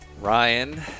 Ryan